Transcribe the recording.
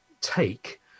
take